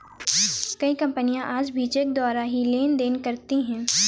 कई कपनियाँ आज भी चेक द्वारा ही लेन देन करती हैं